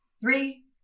three